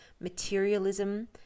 materialism